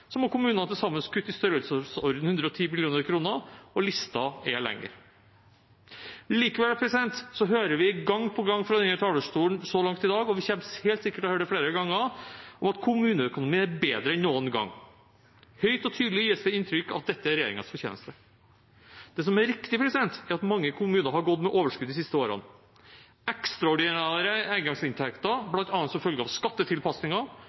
så langt i dag – og vi kommer helt sikkert til å høre det flere ganger – at kommuneøkonomien er bedre enn noen gang. Høyt og tydelig gis det inntrykk av at dette er regjeringens fortjeneste. Det som er riktig, er at mange kommuner har gått med overskudd de siste årene. Ekstraordinære engangsinntekter, bl.a. som følge av skattetilpasninger